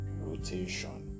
rotation